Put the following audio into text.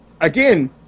again